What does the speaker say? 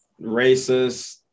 racist